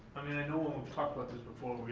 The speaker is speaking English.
i mean, i know when we've talked about this before,